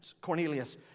Cornelius